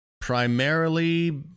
primarily